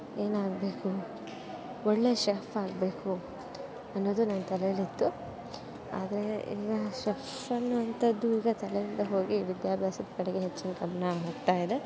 ಏನಾಗಬೇಕು ಒಳ್ಳೆಯ ಶೆಫ್ ಆಗಬೇಕು ಅನ್ನೋದು ನನ್ನ ತಲೇಲಿತ್ತು ಆದ್ರೆ ಈಗ ಶಫ್ ಅನ್ನುವಂತದ್ದು ಈಗ ತಲೆಯಿಂದ ಹೋಗಿ ವಿದ್ಯಾಭಾಸದ ಕಡೆಗೆ ಹೆಚ್ಚಿನ ಗಮನ ಹೋಗ್ತಾಯಿದೆ